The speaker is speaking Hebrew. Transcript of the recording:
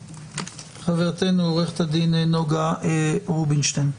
חברתנו, עורכת הדין נגה רובינשטיין.